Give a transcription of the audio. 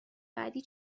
بعدی